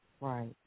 Right